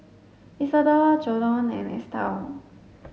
Isidor Jordon and Estell